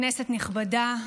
כנסת נכבדה,